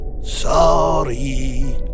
Sorry